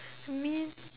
mean